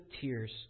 tears